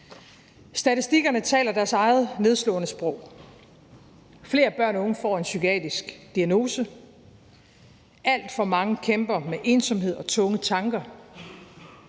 Statistikkerne taler deres eget nedslående sprog. Flere børn og unge får en psykiatrisk diagnose, alt for mange kæmper med ensomhed og tunge tanker.